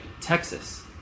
Texas